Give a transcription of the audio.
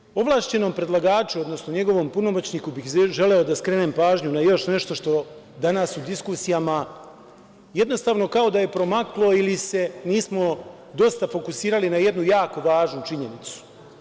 Međutim, ovlašćenom predlagaču, odnosno njegovom punomoćniku bih želeo da skrenem pažnju na još nešto što danas u diskusijama jednostavno kao da je promaklo ili se nismo dosta fokusirali na jednu jako važnu činjenicu.